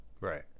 Right